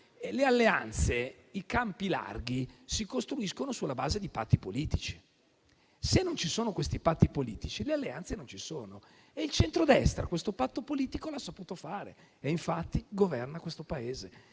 Le alleanze e i campi larghi si costruiscono sulla base dei patti politici; se non ci sono i patti politici, non ci sono le alleanze. E il centrodestra questo patto politico l'ha saputo fare, infatti governa questo Paese.